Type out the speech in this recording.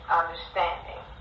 understanding